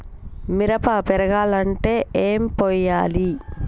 మిరప పెరగాలంటే ఏం పోయాలి?